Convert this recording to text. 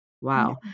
wow